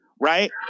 Right